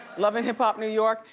love and hip hop new york.